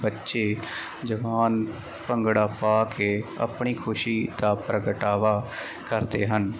ਬੱਚੇ ਜਵਾਨ ਭੰਗੜਾ ਪਾ ਕੇ ਆਪਣੀ ਖੁਸ਼ੀ ਦਾ ਪ੍ਰਗਟਾਵਾ ਕਰਦੇ ਹਨ